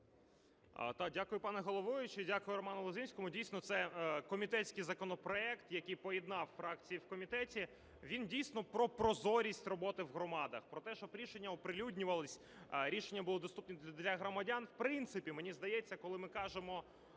Дякую, пане головуючий, дякую Роману Лозинському. Дійсно, це комітетський законопроект, який поєднав фракції в комітеті. Він, дійсно, про прозорість роботи в громадах, про те, щоб рішення оприлюднювались, рішення були доступні для громадян. В принципі, мені здається, коли ми кажемо